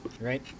Right